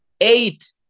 eight